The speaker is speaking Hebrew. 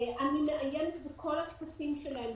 אני מעיינת בכל הטפסים שלהם,